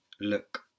Look